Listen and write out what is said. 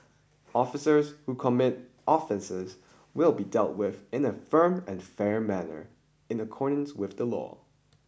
officers who commit offences will be dealt with in a firm and fair manner in accordance with the law